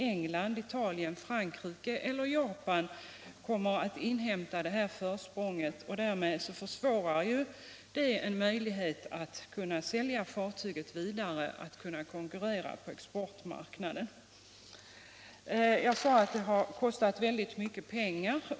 England, Italien, Frankrike eller Japan kommer att inhämta försprånget och därmed försvåra möjligheterna att kunna sälja fartyget vidare och att kunna konkurrera på exportmarknaden. Som jag sade tidigare har detta projekt kostat mycket pengar.